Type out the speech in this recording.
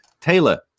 Taylor